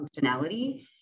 functionality